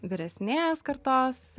vyresnės kartos